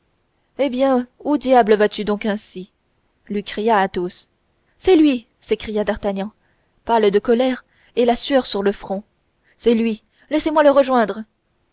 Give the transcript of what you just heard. eh bien où diable vas-tu donc ainsi lui cria athos c'est lui s'écria d'artagnan pâle de colère et la sueur sur le front c'est lui laissez-moi le rejoindre